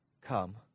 Come